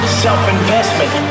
self-investment